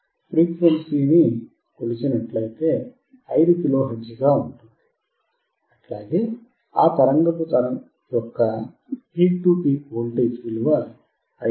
frequency five kilohertz peak to peak voltage 5